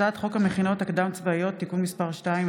הצעת חוק המכינות הקדם-צבאיות (תיקון מס׳ 2),